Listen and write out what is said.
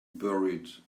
buried